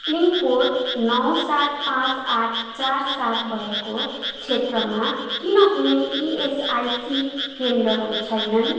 pin code नौ सात पाँच आठ चार सात भएको क्षेत्रमा किन कुनै ई एस आई सी केन्द्रहरू छैनन्